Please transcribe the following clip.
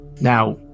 Now